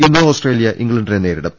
ഇന്ന് ഓസ്ട്രേലിയ ഇംഗ്ലണ്ടിനെ നേരിടും